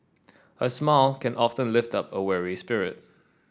a smile can often lift up a weary spirit